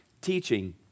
teaching